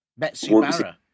Betsubara